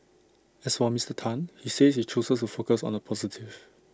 as for Mister Tan he says he chooses to focus on the positive